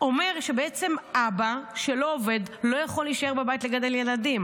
אומר שבעצם אבא שלא עובד לא יכול להישאר בבית לגדל ילדים.